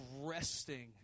resting